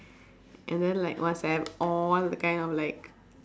and then like must have all the kind of like